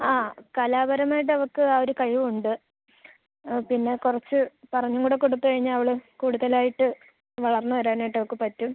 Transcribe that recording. ആ കലാപരമായിട്ട് വൾക്ക് ആ ഒരു കഴിവുണ്ട് പിന്നെ കുറച്ച് പറഞ്ഞുംകൂടെ കൊടുത്ത് കഴിഞ്ഞാൽ അവൾ കൂടുതലായിട്ട് വളർന്ന് വരാനായിട്ട് അവൾക്ക് പറ്റും